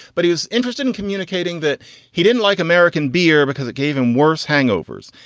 but he was interested in communicating that he didn't like american beer because it gave him worse hangovers.